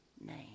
name